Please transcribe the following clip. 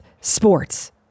sports